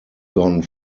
gone